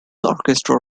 orchestra